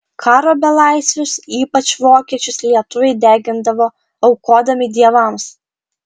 karo belaisvius ypač vokiečius lietuviai degindavo aukodami dievams